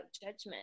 judgment